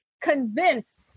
convinced